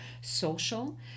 social